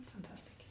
fantastic